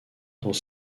dans